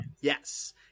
Yes